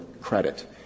credit